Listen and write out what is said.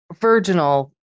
virginal